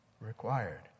required